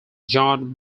john